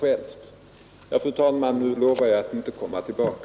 Fru talman! Nu lovar jag att inte komma tillbaka.